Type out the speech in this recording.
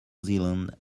zealand